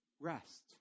rest